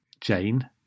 Jane